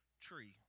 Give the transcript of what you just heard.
tree